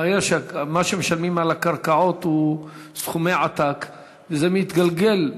הבעיה שמה שמשלמים על הקרקעות הם סכומי ענק וזה מתגלגל,